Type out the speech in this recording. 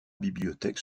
bibliothèque